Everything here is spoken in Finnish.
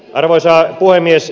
arvoisa puhemies